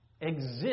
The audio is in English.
exist